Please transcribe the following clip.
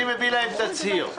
אני מביא להם תצהיר של המשפחות.